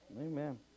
Amen